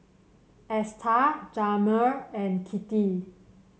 Esta Jamir and Kittie